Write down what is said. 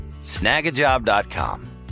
Snagajob.com